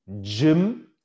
gym